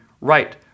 right